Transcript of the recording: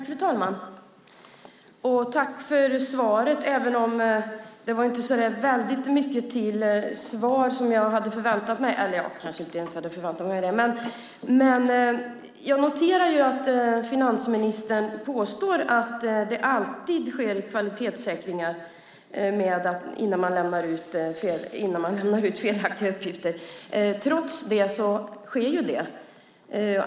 Fru talman! Tack för svaret även om det inte var så mycket till svar som jag hade förväntat mig, eller jag kanske inte ens hade förväntat mig det! Jag noterar att finansministern påstår att det alltid sker kvalitetssäkringarna innan man lämnar ut uppgifter. Trots det lämnas det ju ut felaktiga uppgifter.